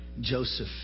Joseph